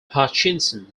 hutchinson